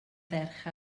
ferch